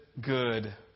good